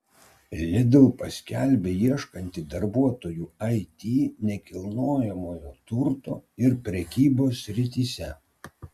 lidl paskelbė ieškanti darbuotojų it nekilnojamojo turto ir prekybos srityse